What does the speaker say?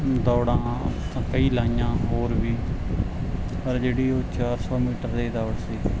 ਦੌੜਾਂ ਤਾਂ ਕਈ ਲਗਾਈਆਂ ਹੋਰ ਵੀ ਪਰ ਜਿਹੜੀ ਉਹ ਚਾਰ ਸੌ ਮੀਟਰ ਵਾਲੀ ਦੌੜ ਸੀ